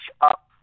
up